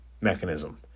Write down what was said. mechanism